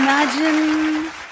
Imagine